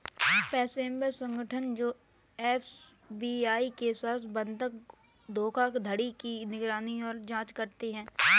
पेशेवर संगठन जो एफ.बी.आई के साथ बंधक धोखाधड़ी की निगरानी और जांच करते हैं